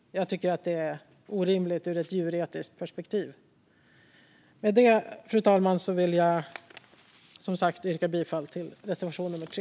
Jag tycker att det är orimligt ur ett djuretiskt perspektiv. Med det, fru talman, vill jag som sagt yrka bifall till reservation nummer 3.